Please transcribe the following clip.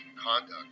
conduct